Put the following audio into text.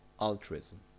altruism